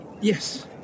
Yes